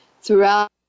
throughout